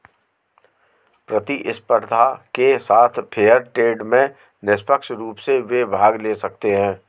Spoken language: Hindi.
प्रतिस्पर्धा के साथ फेयर ट्रेड में निष्पक्ष रूप से वे भाग ले सकते हैं